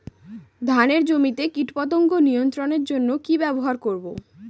ধানের জমিতে কীটপতঙ্গ নিয়ন্ত্রণের জন্য কি ব্যবহৃত করব?